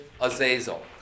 Azazel